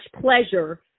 pleasure